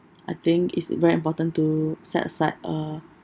I think it's very important to set aside a